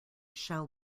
shall